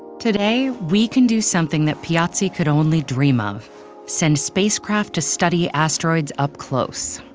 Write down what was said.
today, we can do something that piazzi could only dream of send spacecraft to study asteroids up close.